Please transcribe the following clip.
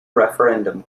referendum